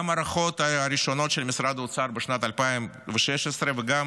גם ההערכות הראשונות של משרד האוצר בשנת 2016 וגם